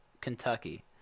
Kentucky